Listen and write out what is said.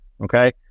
Okay